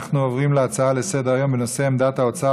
אנחנו עוברים להצעה לסדר-היום בנושא: עמדת האוצר